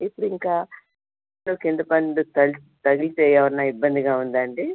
ఇప్పుడు ఇంకా కింద పన్ను తగి తగిలితే ఏమైనా ఇబ్బందిగా ఉందా అండి